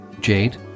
Jade